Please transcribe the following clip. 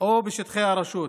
או בשטחי הרשות,